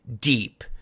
deep